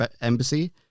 embassy